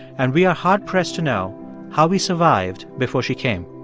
and we are hard-pressed to know how we survived before she came.